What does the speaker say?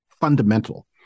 fundamental